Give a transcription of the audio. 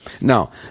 Now